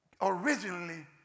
Originally